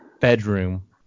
bedroom